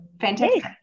fantastic